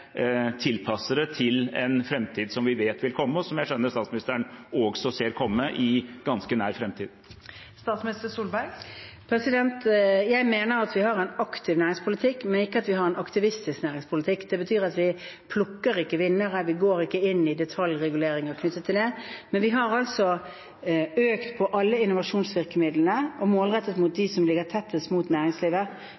til en framtid som vi vet vil komme, og som jeg skjønner statsministeren også ser komme i ganske nær framtid. Jeg mener at vi har en aktiv næringspolitikk, men ikke at vi har en aktivistisk næringspolitikk. Det betyr at vi ikke plukker vinnere, vi går ikke inn i detaljreguleringer knyttet til det, men vi har økt alle innovasjonsvirkemidlene, målrettet mot